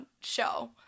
show